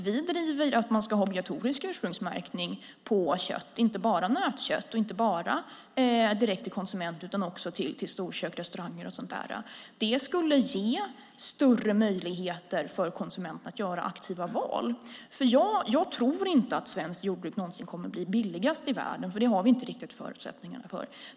Vi driver att man ska ha obligatorisk ursprungsmärkning på kött, inte bara nötkött och inte bara direkt till konsumenter utan också till storkök, restauranger och så vidare. Det skulle ge större möjligheter för konsumenterna att göra aktiva val. Jag tror inte att svenskt jordbruk någonsin kommer att bli billigast i världen, för det har vi inte förutsättningar för.